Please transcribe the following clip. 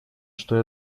что